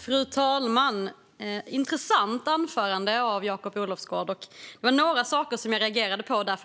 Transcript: Fru talman! Det var ett intressant anförande av Jakob Olofsgård. Det var några saker som jag reagerade på.